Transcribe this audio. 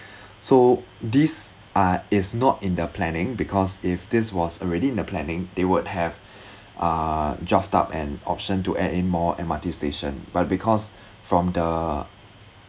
so these are is not in the planning because if this was already in the planning they would have uh draft up an option to add in more M_R_T station but because from the